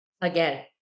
again